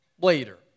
later